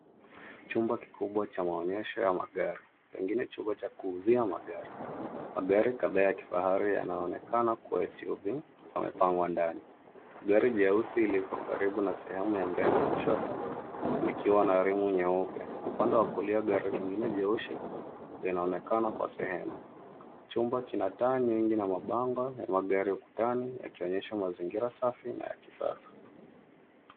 Chumba kikubwa cha maonyesho ya magari, pengine chumba cha kuuzia magari. Magari kadhaa ya kifahari yanayoonekana kuwa SUV yamepangwa ndani. Gari jeusi liko karibu na sehemu ya mbele kushoto, likiwa na rimu nyeupe. Upande wa kulia kuna gari jingine jeusi linaloonekana Kwa sehemu. Chumba kina taa nyingi na mabango ya magari ukutani yakionyesha mazingira Safi na ya kisasa.